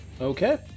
Okay